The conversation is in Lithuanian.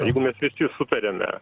jeigu mes visi sutariame